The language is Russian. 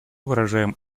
выражаем